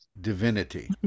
divinity